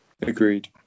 agreed